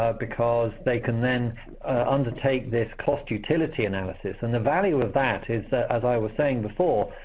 ah because they can then undertake this cost-utility analysis, and the value of that is that, as i was saying before,